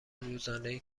روزانهای